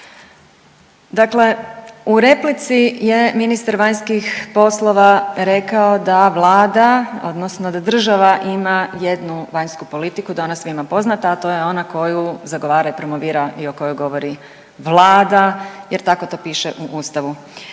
Dakle, u replici je ministar vanjskih poslova rekao da Vlada odnosno da država ima jednu vanjsku politiku, da je ona svima poznata, a to je ona koju zagovara i promovira i o kojoj govori vlada jer tako to piše u ustavu.